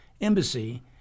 embassy